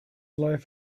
life